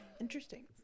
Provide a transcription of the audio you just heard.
Interesting